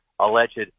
alleged